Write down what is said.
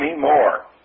more